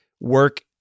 work